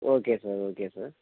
okay sir okay sir